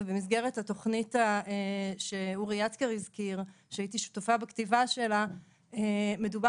ובמסגרת התוכנית שאורי יצקר הזכיר ושהייתי שותפה בכתיבה שלה מדובר